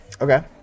Okay